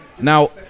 Now